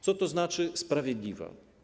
Co to znaczy sprawiedliwa?